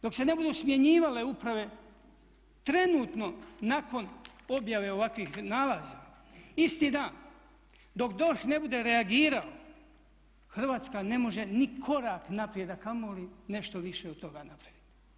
Dok se ne budu smjenjivale uprave trenutno nakon objave ovakvih nalaza isti dan, dok DORH ne bude reagirao Hrvatska ne može ni korak naprijed a kamoli nešto više od toga napraviti.